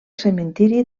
cementiri